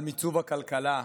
על מיצוב הכלכלה,